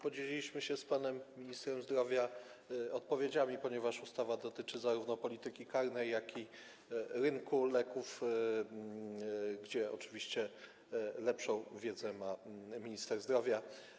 Podzieliliśmy się z panem ministrem zdrowia odpowiedziami, ponieważ ustawa dotyczy zarówno polityki karnej, jak i rynku leków, w przypadku którego oczywiście lepszą wiedzę ma minister zdrowia.